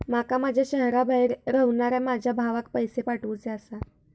माका माझ्या शहराबाहेर रव्हनाऱ्या माझ्या भावाक पैसे पाठवुचे आसा